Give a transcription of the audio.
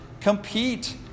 compete